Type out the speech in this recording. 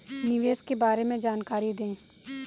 निवेश के बारे में जानकारी दें?